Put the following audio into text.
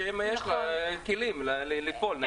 שאין כלים לפעול --- נכון.